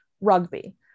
rugby